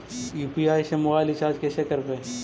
UPI से mobile recharge कैसे करबइ?